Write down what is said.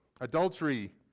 adultery